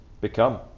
become